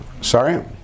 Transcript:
sorry